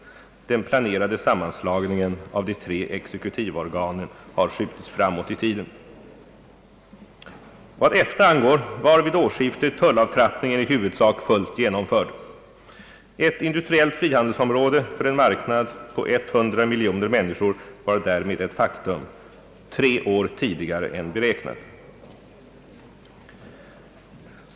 Den planerade sammanslagningen av de tre exekutivorganen har skjutits framåt i tiden. Vad EFTA angår var vid årsskiftet tullavtrappningen i huvudsak fullt genomförd. Ett industriellt frihandelsområde för en marknad på 100 miljoner människor var därmed ett faktum — tre år tidigare än beräknat.